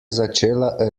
začela